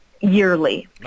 yearly